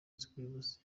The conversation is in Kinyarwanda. z’ubuyobozi